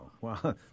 Wow